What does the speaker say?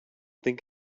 think